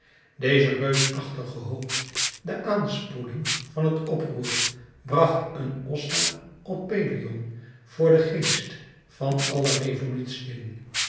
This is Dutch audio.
deze reusachtige hoop de aanspoeling van het oproer bracht een ossa op pelion voor den geest van alle revolutiën